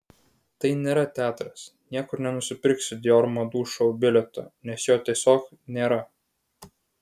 tai nėra teatras niekur nenusipirksi dior madų šou bilieto nes jo tiesiog nėra